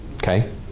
Okay